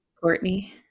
Courtney